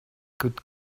good